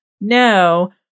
no